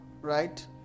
right